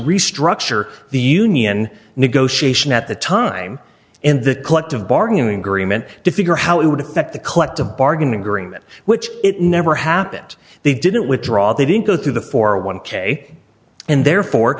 restructure the union negotiation at the time and the collective bargaining agreement to figure how it would affect the collective bargaining agreement which it never happened they didn't withdraw they didn't go through the forty one k and therefore